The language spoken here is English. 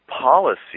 Policy